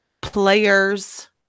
players